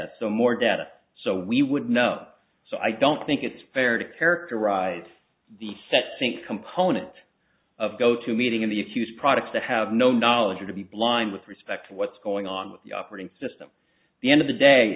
so more data so we would know so i don't think it's fair to characterize the sexy component of go to meeting of the accused products that have no knowledge or to be blind with respect to what's going on with the operating system the end of the day